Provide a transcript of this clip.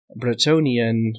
Bretonian